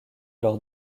lors